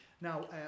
Now